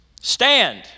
Stand